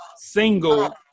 single